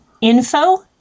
info